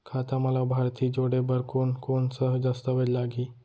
खाता म लाभार्थी जोड़े बर कोन कोन स दस्तावेज लागही?